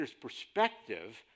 perspective